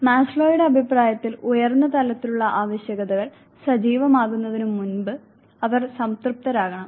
മാസ്ലോയുടെ അഭിപ്രായത്തിൽ ഉയർന്ന തലത്തിലുള്ള ആവശ്യകതകൾ സജീവമാകുന്നതിനുമുമ്പ് അവർ സംതൃപ്തരാകണം